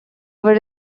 were